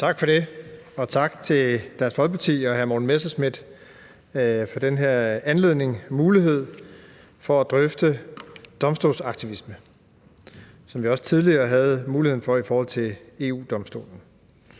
Tak for det, og tak til Dansk Folkeparti og hr. Morten Messerschmidt for at give den her mulighed for at drøfte domstolsaktivisme, hvilket vi også tidligere fik mulighed for i forhold til EU-Domstolen.